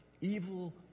Evil